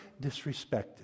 disrespected